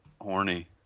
horny